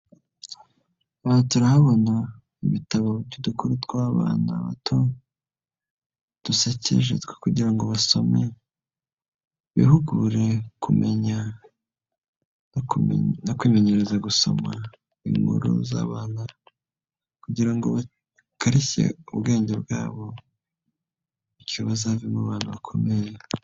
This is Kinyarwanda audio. Aha turahabona ibitabo by'udukuru tw'abana bato dusekeje twe kugirango basome bihugure kumenya kwimenyereza gusoma inkuru z'abantu kugira ngo bakarishye ubwenge bwabo bityo bazavemo abantu bakomeye.